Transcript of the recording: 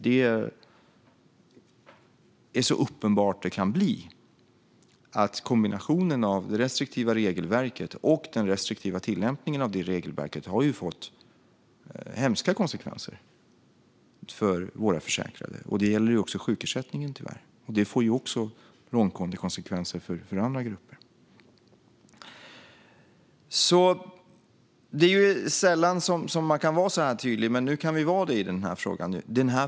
Det är så uppenbart det kan bli att kombinationen av det restriktiva regelverket och den restriktiva tillämpningen av detta regelverk har fått hemska konsekvenser för våra försäkrade, och det gäller tyvärr också sjukersättningen. Det får också långtgående konsekvenser för andra grupper. Det är sällan man kan vara så här tydlig, men nu kan vi vara det i den här frågan.